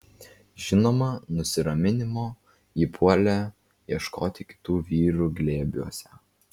žinoma nusiraminimo ji puolė ieškoti kitų vyrų glėbiuose